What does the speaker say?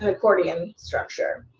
accordion structure.